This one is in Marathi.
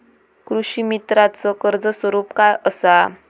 कृषीमित्राच कर्ज स्वरूप काय असा?